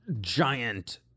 giant